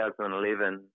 2011